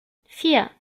vier